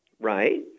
Right